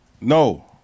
no